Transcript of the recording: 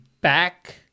back